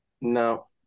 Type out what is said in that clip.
No